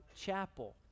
Chapel